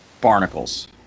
barnacles